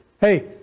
Hey